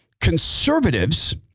Conservatives